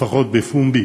לפחות בפומבי,